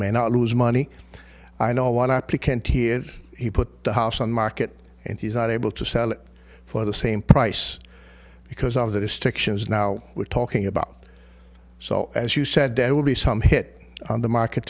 may not lose money i know what i can't hear he put the house on market and he's not able to sell it for the same price because of the distinctions now we're talking about so as you said there will be some hit on the market